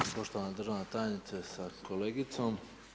Poštovana državna tajnice sa kolegicom.